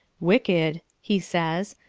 wicked, he says.